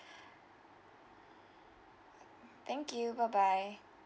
thank you bye bye